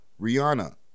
Rihanna